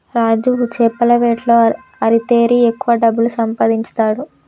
రాజు చేపల వేటలో ఆరితేరి ఎక్కువ డబ్బులు సంపాదించుతాండు